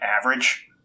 average